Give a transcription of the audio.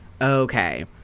okay